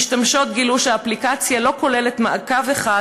המשתמשות גילו שהאפליקציה לא כוללת מעקב אחד: